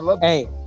Hey